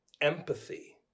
empathy